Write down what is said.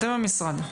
אתם המשרד.